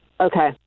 Okay